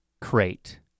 crate